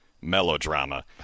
melodrama